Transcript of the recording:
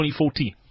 2014